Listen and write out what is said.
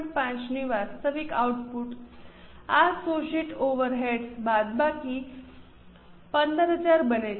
5 ની વાસ્તવિક આઉટપુટ આ શોષિત ઓવરહેડ્સ બાદબાકી 15000 બને છે